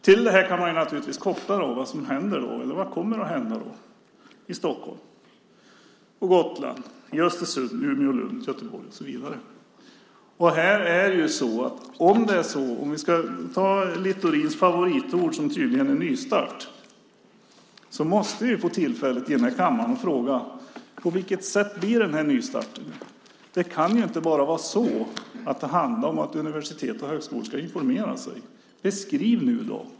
Till det här kan man naturligtvis koppla vad som kommer att hända i Stockholm, på Gotland, i Östersund, Umeå, Lund, Göteborg och så vidare. Om vi ska ta Littorins favoritord, som tydligen är "nystart", måste vi ju få tillfälle att i den här kammaren fråga: På vilket sätt blir den här nystarten? Det kan ju inte bara vara så att det handlar om att universitet och högskolor ska informera sig. Beskriv nu då!